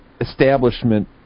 establishment